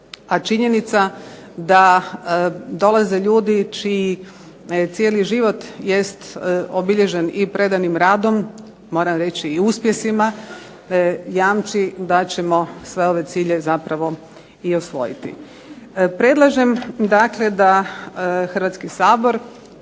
A činjenica da dolaze ljudi čiji cijeli život jest obilježen i predanim radom, moram reći i uspjesima jamči da ćemo sve ove ciljeve zapravo i osvojiti. Predlažem dakle da Hrvatski sabor